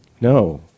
No